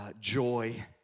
joy